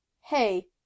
Hey